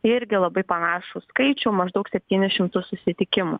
irgi labai panašų skaičių maždaug septynis šimtus susitikimų